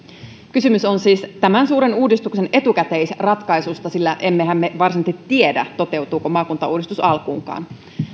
kysymys on siis tämän suuren uudistuksen etukäteisratkaisusta sillä emmehän me varsinaisesti tiedä toteutuuko maakuntauudistus alkuunkaan